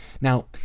Now